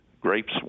Grapes